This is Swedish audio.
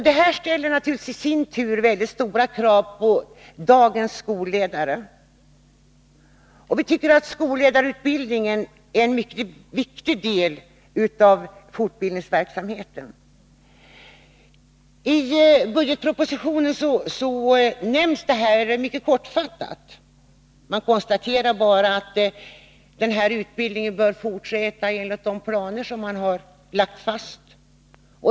Det ställer naturligtvis i sin tur väldigt stora krav på dagens skolledare. Vi tycker att skolledarutbildningen är en mycket viktig del av fortbildningsverksamheten. I budgetpropositionen nämns detta mycket kortfattat. Man konstaterar bara att den här utbildningen bör fortsätta enligt de planer som man har lagt fast.